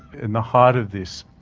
in the height of this,